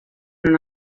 non